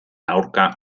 aurka